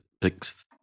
picks